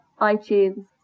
iTunes